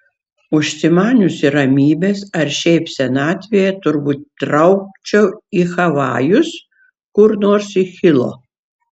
užsimaniusi ramybės ar šiaip senatvėje turbūt traukčiau į havajus kur nors į hilo